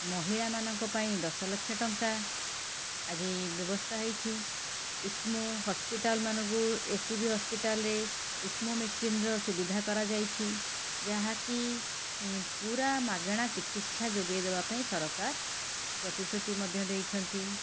ମହିଳାମାନଙ୍କ ପାଇଁ ଦଶଲକ୍ଷ ଟଙ୍କା ଆଜି ବ୍ୟବସ୍ଥା ହେଇଛି ଇକ୍ମୋ ହସ୍ପିଟାଲ୍ ମାନଙ୍କୁ ଏସ ସି ବି ହସ୍ପିଟାଲ୍ରେ ଇକ୍ମୋ ମେସିନ୍ର ସୁବିଧା କରାଯାଇଛି ଯାହାକି ପୂରା ମାଗଣା ଚିକିତ୍ସା ଯୋଗାଇଦେବା ପାଇଁ ସରକାର ପ୍ରତିଶ୍ରୁତି ମଧ୍ୟ ଦେଇଛନ୍ତି